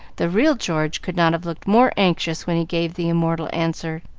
the real george could not have looked more anxious when he gave the immortal answer.